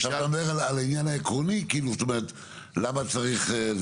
אתה מדבר על העניין העקרוני, כאילו למה צריך.